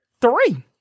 three